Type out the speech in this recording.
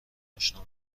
آشنا